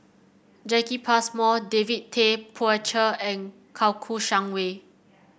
Jacki Passmore David Tay Poey Cher and Kouo Shang Wei